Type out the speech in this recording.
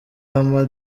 ama